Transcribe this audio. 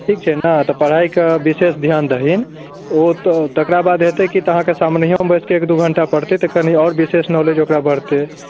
ठीक छै ने तऽ पढ़ाइके विशेष धिआन दही ओ तऽ तकरा बाद हेतै कि तऽ अहाँके सामनेहिओमे बैसिकऽ एक दुइ घण्टा पढ़तै तऽ आओर विशेष नॉलेज ओकरा बढ़तै